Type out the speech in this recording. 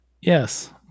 Yes